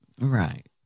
Right